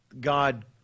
God